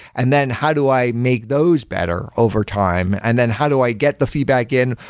and then how do i make those better overtime? and then how do i get the feedback in?